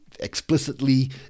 explicitly